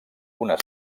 una